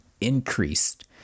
increased